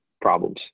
problems